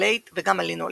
לינולאית וגמא לינולנית,